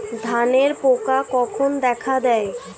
ধানের পোকা কখন দেখা দেয়?